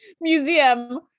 museum